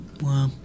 Wow